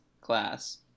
class